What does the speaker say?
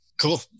cool